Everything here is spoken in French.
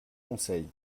conseil